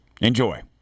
Enjoy